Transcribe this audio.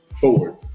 forward